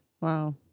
Wow